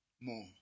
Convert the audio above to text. more